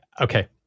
okay